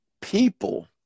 people